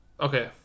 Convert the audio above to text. Okay